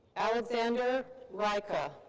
alexander rajka.